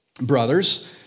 brothers